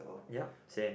yup same